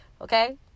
Okay